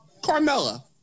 Carmella